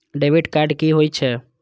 Debit card कि होई छै?